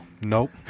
Nope